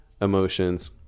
emotions